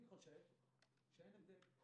אני חושב שאין הבדל.